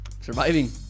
surviving